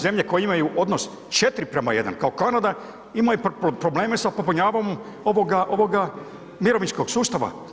Zemlje koje imaju odnos 4:1 kao Kanada imaju probleme sa popunjavanjem ovoga, ovoga mirovinskog sustava.